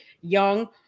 young